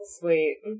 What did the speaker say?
Sweet